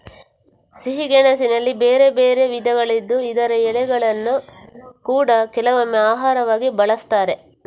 ಸಿಹಿ ಗೆಣಸಿನಲ್ಲಿ ಬೇರೆ ಬೇರೆ ವಿಧಗಳಿದ್ದು ಇದರ ಎಲೆಗಳನ್ನ ಕೂಡಾ ಕೆಲವೊಮ್ಮೆ ಆಹಾರವಾಗಿ ಬಳಸ್ತಾರೆ